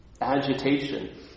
Agitation